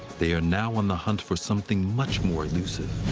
they are now on the hunt for something much more elusive.